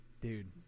dude